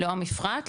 לא המפרט,